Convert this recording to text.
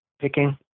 picking